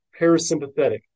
parasympathetic